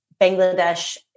Bangladesh